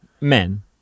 Men